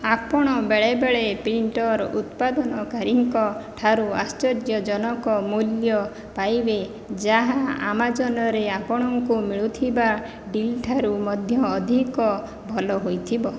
ଆପଣ ବେଳେବେଳେ ପ୍ରିଣ୍ଟର ଉତ୍ପାଦନକାରୀଙ୍କ ଠାରୁ ଆଶ୍ଚର୍ଯ୍ୟଜନକ ମୂଲ୍ୟ ପାଇବେ ଯାହା ଆମାଜନରେ ଆପଣଙ୍କୁ ମିଳୁଥିବା ଡିଲ୍ଠାରୁ ମଧ୍ୟ ଅଧିକ ଭଲ ହୋଇଥିବ